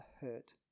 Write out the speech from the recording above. hurt